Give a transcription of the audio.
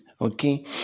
okay